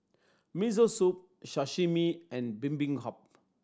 Miso Soup Sashimi and Bibimbap